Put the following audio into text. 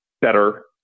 better